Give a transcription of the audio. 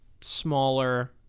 smaller